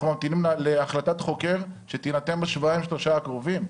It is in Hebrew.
אנחנו ממתינים להחלטת חוקר שתינתן בשבועיים שלושה הקרובים.